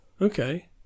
Okay